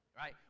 Right